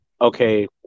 okay